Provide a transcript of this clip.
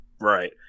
Right